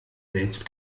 selbst